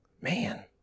Man